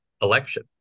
election